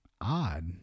odd